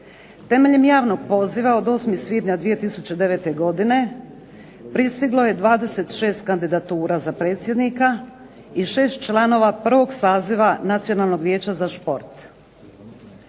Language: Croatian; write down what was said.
Temeljem javnog poziva od 8. svibnja 2009. godine pristiglo je 26 kandidatura za predsjednika i 6 članova prvog saziva Nacionalnog vijeća za šport.